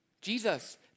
Jesus